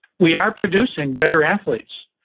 we are producing better athletes,